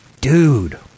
Dude